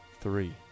three